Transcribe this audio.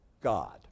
God